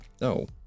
no